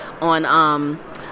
on